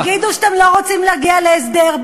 תגידו שאתם לא רוצים להגיע להסדר.